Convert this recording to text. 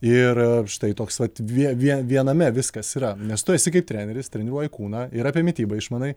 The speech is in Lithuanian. ir štai toks vat vie vie viename viskas yra nes tu esi kaip treneris treniruoji kūną ir apie mitybą išmanai